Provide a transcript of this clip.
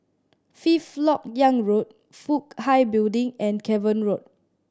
Fifth Lok Yang Road Fook Hai Building and Cavan Road